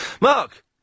Mark